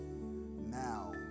now